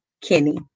Kinney